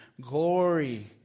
Glory